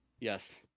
yes